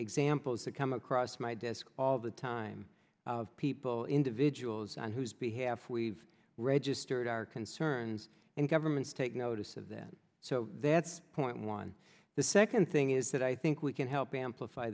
examples that come across my desk all the time of people jewel's on whose behalf we've registered our concerns and governments take notice of that so that's point one the second thing is that i think we can help amplify